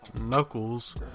Knuckles